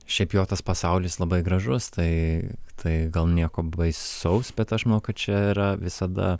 šiaip jo tas pasaulis labai gražus tai tai gal nieko baisaus bet aš manau kad čia yra visada